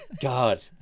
god